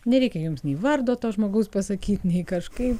nereikia jums nei vardo to žmogaus pasakyt nei kažkaip